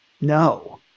No